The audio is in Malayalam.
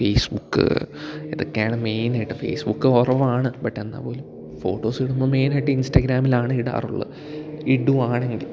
ഫേസ്ബുക്ക് ഇതൊക്കെയാണ് മെയിനായിട്ട് ഫേസ്ബുക്ക് കുറവാണ് ബട്ട് എന്നാൽ പോലും ഫോട്ടോസ് ഇടുമ്പോൾ മെയിനായിട്ട് ഇൻസ്റ്റാഗ്രാമിലാണ് ഇടാറുള്ളത് ഇടുകയാണെങ്കിൽ